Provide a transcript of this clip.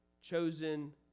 chosen